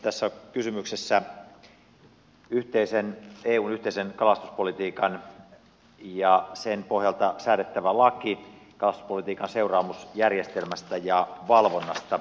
tässä on kysymyksessä eun yhteinen kalastuspolitiikka ja sen pohjalta säädettävä laki kalastuspolitiikan seuraamusjärjestelmästä ja valvonnasta